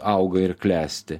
auga ir klesti